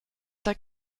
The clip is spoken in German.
der